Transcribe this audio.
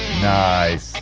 nice